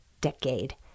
decade